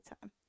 time